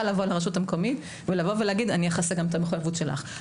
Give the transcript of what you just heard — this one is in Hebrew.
לבוא אל הרשות המקומית ולהגיד: אני אכסה גם את המחויבות שלך.